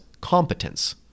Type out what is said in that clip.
competence